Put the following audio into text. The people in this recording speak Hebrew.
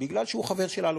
כי הוא חבר של אלוביץ,